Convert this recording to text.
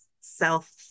self